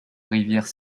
rivière